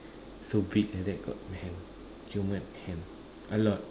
so big like that got hands human hands a lot